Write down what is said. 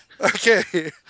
Okay